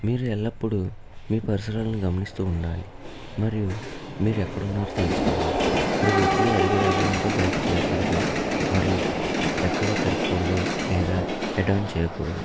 మీరు ఎల్లప్పుడు మీ పరిసరాలను గమనిస్తూ ఉండాలి మరియు మీరు ఎక్కడ ఉన్నారు తెలుసుకోవాలి మీరు ఎప్పుడు అధిక వేగంతో బైక్ చేయకూడదు మరియు ఎక్కడ తిరగకూడదు లేదా హెడ్ ఆన్ చేయకూడదు